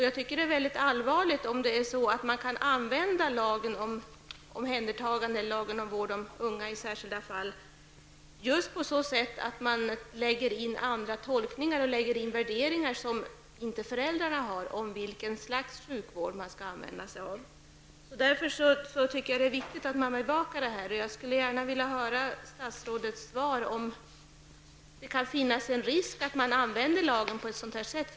Jag tycker att det är allvarligt om det går att använda lagen om vård av unga i särskilda fall så att andra värderingar och tolkningar görs än föräldrarna om vilken slags sjukvård som skall användas. Det är därför viktigt att frågan bevakas. Jag vill gärna höra statsrådets svar om det finns en risk att lagen används på det sättet.